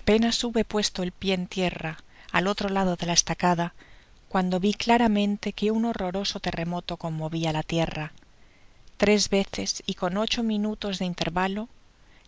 apenas hube puesto el pié en tierra al otro lado de la estacada cuando vi claramente que un horroroso terremoto conmovia la tierra tres veces y con ocho minutos de intervalo